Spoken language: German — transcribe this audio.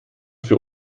für